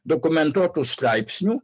dokumentuotų straipsnių